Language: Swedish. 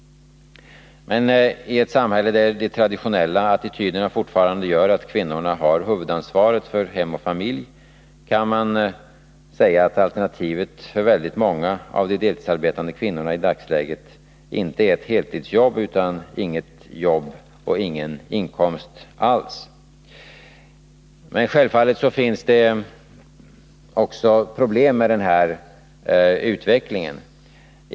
Men i ett samhälle där de traditionella attityderna fortfarande gör att kvinnorna har huvudansvaret för hem och familj kan man säga att alternativet för väldigt många av de deltidsarbetande kvinnorna i dagsläget Nr 33 inte är ett heltidsjobb utan inget jobb och ingen inkomst alls. Självfallet finns det också problem med den här utvecklingen.